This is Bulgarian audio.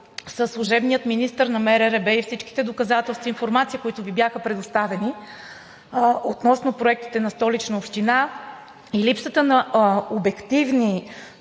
със служебния министър на МРРБ и всичките доказателства и информация, които Ви бяха предоставени относно проектите на Столична община и липсата на обективни